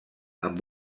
amb